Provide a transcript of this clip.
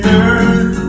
earth